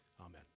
Amen